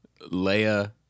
Leia